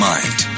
Mind